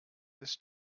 this